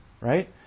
right